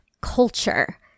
culture